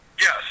yes